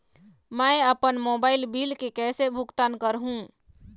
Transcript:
मैं अपन mobile bill के कैसे भुगतान कर हूं?